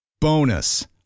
Bonus